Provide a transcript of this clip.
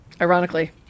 Ironically